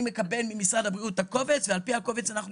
אני מקבל ממשרד הבריאות את הקובץ ועל פי הקובץ אנחנו עובדים.